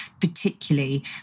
particularly